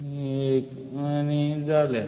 आनी एक आनी जालें